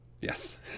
yes